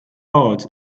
odds